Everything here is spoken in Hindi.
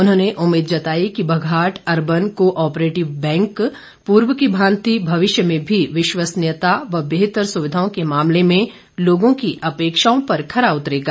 उन्होंने उम्मीद जताई कि Baghat urban cooperative bank पूर्व की भांति भविष्य में भी विश्वसनीयता व बेहतर सविधाओं के मामले में लोगों की अपेक्षाओं पर खरा उतरेगा